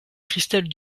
christelle